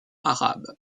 arabe